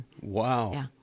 Wow